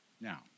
Now